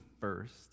first